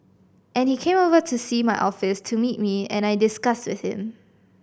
and he came over to see my office to meet me and I discussed with him